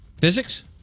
physics